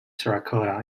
terracotta